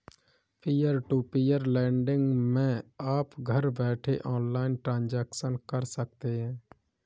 peer to peer lending मै आप घर बैठे ऑनलाइन ट्रांजेक्शन कर सकते है